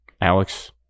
Alex